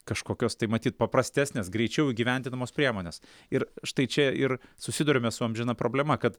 kažkokios tai matyt paprastesnės greičiau įgyvendinamos priemonės ir štai čia ir susiduriame su amžina problema kad